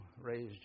raised